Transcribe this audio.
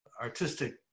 artistic